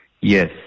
Yes